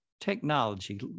technology